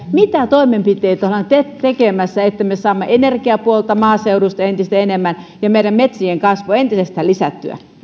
mitä toimenpiteitä ollaan tekemässä että me saamme energiapuolta maaseudulta entistä enemmän ja meidän metsiemme kasvua entisestään lisättyä